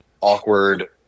awkward